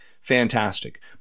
fantastic